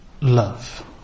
love